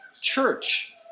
Church